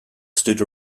stood